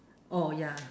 oh ya